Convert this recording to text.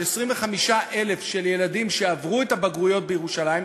של 25,000 ילדים שעברו את הבגרויות בירושלים,